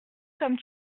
comme